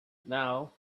now